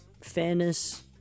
fairness